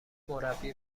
مربی